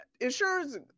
insurance